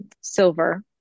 silver